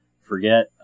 forget